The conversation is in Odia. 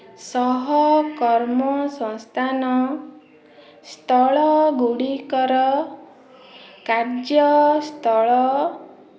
ସହକର୍ମ ସଂସ୍ଥାନ ସ୍ଥଳ ଗୁଡ଼ିକର କାର୍ଯ୍ୟସ୍ଥଳ